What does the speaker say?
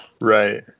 Right